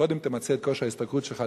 קודם תמצה את כושר ההשתכרות שלך,